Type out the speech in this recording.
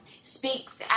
speaks